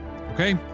okay